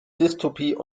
dystopie